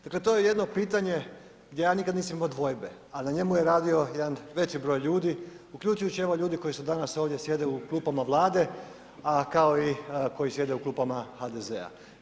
Dakle, to je jedno pitanje gdje ja nikada nisam imao dvojbe, a na njemu je radio jedan veći broj ljudi, uključujući evo ljude koji danas sjede ovdje u klupama Vlade, a kao i koji sjede u klupama HDZ-a.